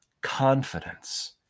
confidence